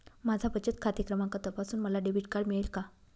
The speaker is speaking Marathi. माझा बचत खाते क्रमांक तपासून मला डेबिट कार्ड मिळेल का?